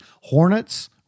Hornets